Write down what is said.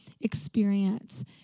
experience